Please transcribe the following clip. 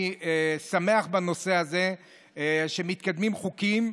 אני שמח שבנושא הזה מתקדמים חוקים,